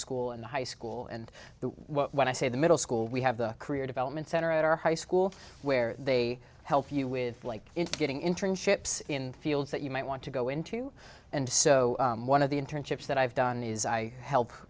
school and high school and when i say the middle school we have the career development center at our high school where they help you with like getting internships in fields that you might want to go into and so one of the internships that i've done is i help